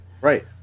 right